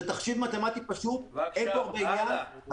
זה תחשיב מתמטי פשוט, אין פה הרבה עניין.